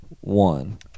one